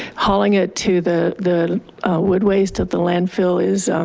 hauling it to the the wood waste at the land fill is